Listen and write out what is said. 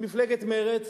ממפלגת מרצ,